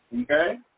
Okay